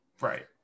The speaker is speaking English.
right